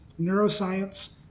neuroscience